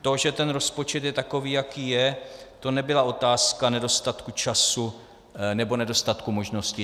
To, že ten rozpočet je takový, jaký je, to nebyla otázka nedostatku času nebo nedostatku možností.